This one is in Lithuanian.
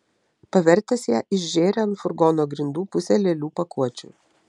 pavertęs ją išžėrė ant furgono grindų pusę lėlių pakuočių